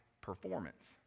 performance